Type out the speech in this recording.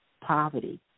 poverty